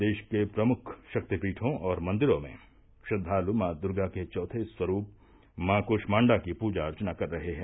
प्रदेश के प्रमुख शक्तिपीठों और मंदिरों में श्रद्वालु मां दुर्गा के चौथे स्वरूप मां कूष्माण्डा की पूजा अर्चना कर रहे हैं